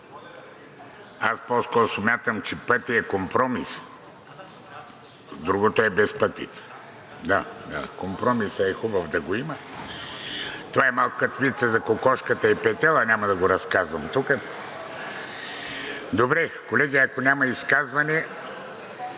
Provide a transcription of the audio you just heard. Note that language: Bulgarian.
Аз по-скоро смятам, че пътят е компромисът, другото е безпътица. Да, компромисът е хубаво да го има. Това е малко като вица за кокошката и петела, няма да го разказвам тук. Добре, колеги, ако няма изказвания,